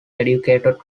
educated